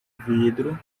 vidro